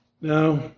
Now